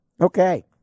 Okay